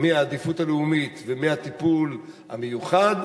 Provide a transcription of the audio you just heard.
מהעדיפות הלאומית ומהטיפול המיוחד,